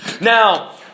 Now